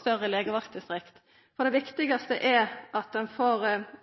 større legevaktdistrikt, for det viktigaste er